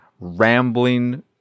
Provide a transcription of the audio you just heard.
rambling